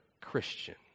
Christian